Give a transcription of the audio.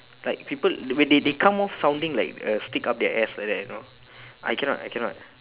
like people they they they come off sounding like a stick up their ass like that you know I cannot I cannot